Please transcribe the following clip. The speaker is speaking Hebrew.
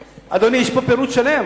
אדוני, יש פה פירוט שלם.